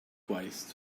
twice